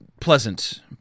pleasant